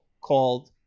called